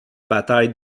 bataille